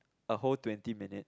a whole twenty minutes